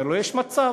אומר לו: יש מצב.